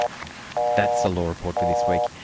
that's the law report for this week.